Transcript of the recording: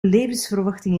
levensverwachting